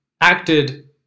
acted